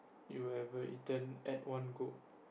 you ever eaten at one go